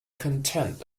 content